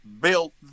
built